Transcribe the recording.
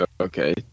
Okay